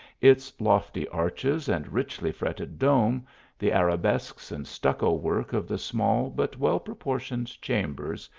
its lofty arches and richly fretted dome the arabesques and stucco work of the small, but well proportioned chambers,